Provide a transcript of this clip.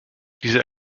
diese